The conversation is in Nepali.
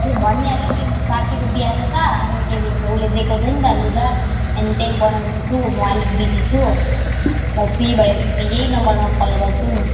मैले भनिहाल्यो त्यो साथीको बिहा छ त अनि के भन्छ उसले दिएको छ नि त लुगा अनि त्यही बनाउँदैछु म अलिक बिजी छु म फ्री भएँ भने म यही नम्बरमा कल गर्छु नि